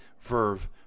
verve